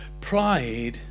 pride